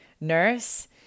nurse